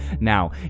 now